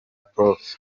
prof